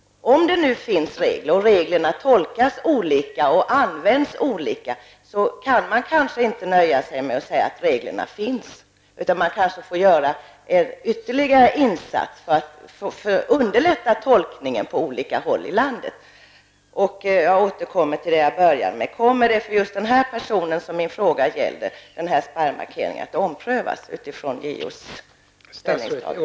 Om det nu finns regler som tolkas och används olika kan man kanske inte nöja sig med att säga att reglerna finns, utan man måste kanske göra ytterligare en insats för att underlätta tolkningen på olika håll i landet. Jag återkommer till det jag började med. JOs ställningstagande för den person som min fråga gällde?